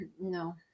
No